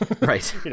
Right